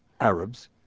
Arabs